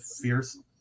fierce